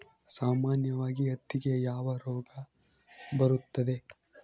ಸಾಮಾನ್ಯವಾಗಿ ಹತ್ತಿಗೆ ಯಾವ ರೋಗ ಬರುತ್ತದೆ?